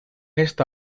esta